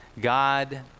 God